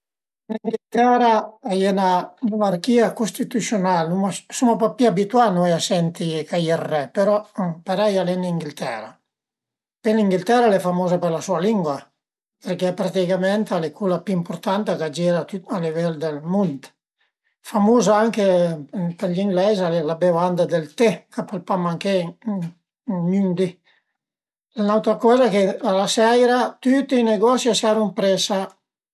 Ma dirìu dui paesage: ël prim al e cuande vade ën auta muntagna che ti arive magari a tremila meter e tröve impruvizament davanti a ün bel lach e magari a ie fin ancura la fioca al meis dë lüi o agust e ël secund al era ël panorama ch'a s'vedìa da Messina vers la Calabria dë nöit